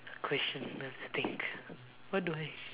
question must think what do I